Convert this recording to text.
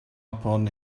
upon